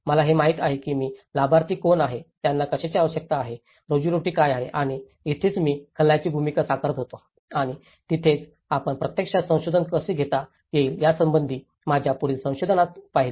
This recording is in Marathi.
मला हे माहित नाही की लाभार्थी कोण आहेत त्यांना कशाची आवश्यकता आहे रोजीरोटी काय आहे आणि इथेच मी खलनायकाची भूमिका साकारत होतो आणि तिथेच आपण प्रत्यक्षात संशोधन कसे घेता येईल यासंबंधी माझ्या पुढील संशोधनात पाहिले